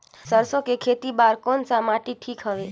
सरसो के खेती बार कोन सा माटी ठीक हवे?